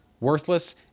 worthless